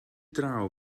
draw